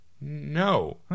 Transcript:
No